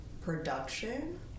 production